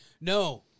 No